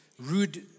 rude